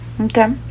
Okay